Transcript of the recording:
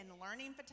learning